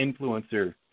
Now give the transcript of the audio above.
influencer